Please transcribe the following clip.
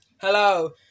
hello